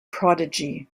prodigy